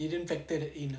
didn't factor that in ah